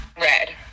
Red